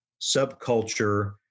subculture